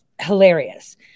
hilarious